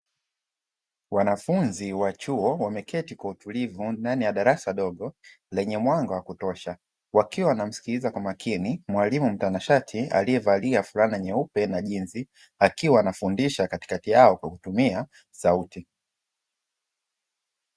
Wanafunzi wa chuo wameketi kwa utulivu ndani ya darasa dogo lenye mwanga wa kutosha, wakiwa wanamsikiliza kwa makini mwalimu mtanashati aliyevalia fulana nyeupe na jinzi, akiwa anafundisha katikati yao kwa kutumia sauti.